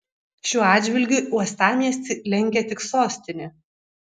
šiuo atžvilgiu uostamiestį lenkia tik sostinė